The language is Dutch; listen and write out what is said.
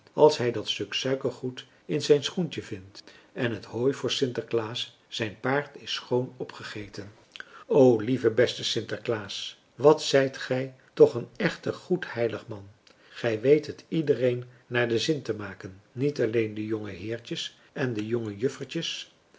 als hij dat stuk suikergoed in zijn schoentje vindt en het hooi voor sinterklaas zijn paard is schoon opgegeten o lieve beste sinterklaas wat zijt gij toch een echte goedheilig man gij weet het iedereen naar den zin te maken niet alleen den jongen heertjes en de jonge